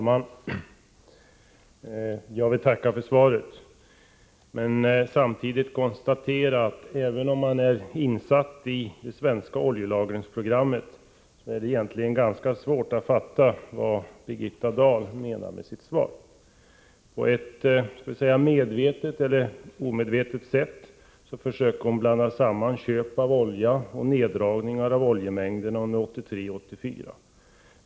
Fru talman! Jag tackar för svaret. Men samtidigt konstaterar jag att även om man är insatt i det svenska oljelagringsprogrammet, är det egentligen ganska svårt att fatta vad Birgitta Dahl menar med sitt svar. På ett låt mig säga medvetet eller omedvetet sätt försöker hon blanda samman köp av olja och neddragningar av oljemängden under 1983 och 1984.